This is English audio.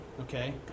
okay